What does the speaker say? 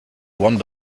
one